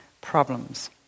problems